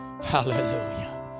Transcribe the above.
hallelujah